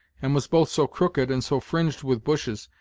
and was both so crooked and so fringed with bushes,